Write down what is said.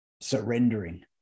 surrendering